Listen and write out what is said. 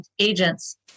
agents